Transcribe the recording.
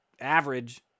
Average